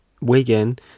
Wigan